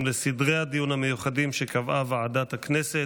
לסדרי הדיון המיוחדים שקבעה ועדת הכנסת.